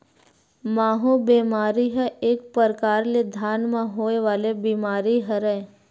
माहूँ बेमारी ह एक परकार ले धान म होय वाले बीमारी हरय